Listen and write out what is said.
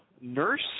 nurse